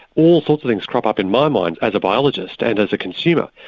all sorts of things crop up in my mind as a biologist and as a consumer,